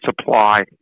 supply